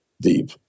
deep